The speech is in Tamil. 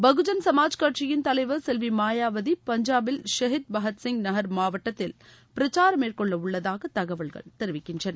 பகுஜன் சமாஜ் கட்சியின் தலைவர் செல்வி மாயாவதி பஞ்சாபில் ஷகித் பஹத்சிங் நகர் மாவட்டத்தில் பிரச்சாரம் மேற்கொள்ள உள்ளதாக தகவல்கள் தெரிவிக்கின்றன